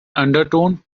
undertone